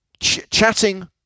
chatting